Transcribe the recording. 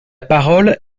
parole